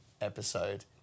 episode